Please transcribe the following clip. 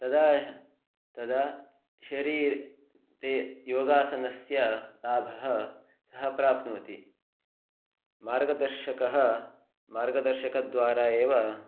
तदा तदा शरीरं ते योगासनस्य लाभः सः प्राप्नोति मार्गदर्शकः मार्गदर्शकद्वारा एव